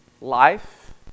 life